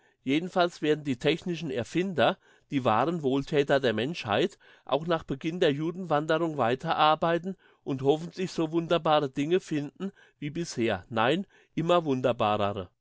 jedenfalls werden die technischen erfinder die wahren wohlthäter der menschheit auch nach beginn der judenwanderung weiterarbeiten und hoffentlich so wunderbare dinge finden wie bisher nein immer